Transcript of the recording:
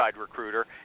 recruiter